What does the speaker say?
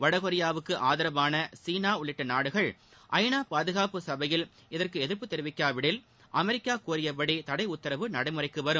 வடகொரியாவுக்கு ஆதரவான சீனா உள்ளிட்ட நாடுகள் ஐநா பாதுகாப்பு சபையில் இதற்கு எதிர்ப்பு தெரிவிக்காவிடில் அமெரிக்கா கோரியபடி தடை உத்தரவு நடைமுறைக்கு வரும்